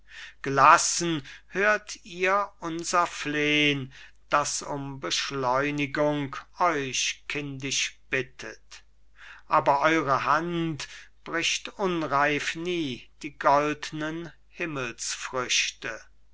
gelassen hört ihr unser flehn das um beschleunigung euch kindisch bittet aber eure hand bricht unreif nie die goldnen